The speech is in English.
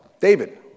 David